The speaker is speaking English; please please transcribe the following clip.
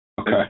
Okay